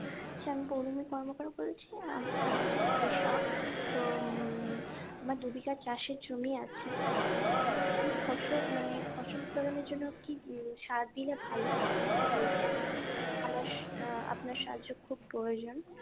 আচ্ছা আমি পৌলোমী কর্মকার বলছি আমি একজন কৃষক তো আমার দু বিঘা চাষের জমি আছে কী ফসল মানে ফসল ফলানোর জন্য কী সার দিলে ভালো একটু বলতেন আমার আপনার সাহায্য খুব প্রয়োজন